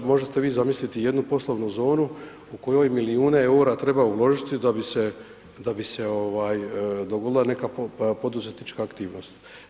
Možete li vi zamisliti jednu poslovnu zonu u kojoj milijune eura treba uložiti da bi se dogodila neka poduzetnička aktivnost.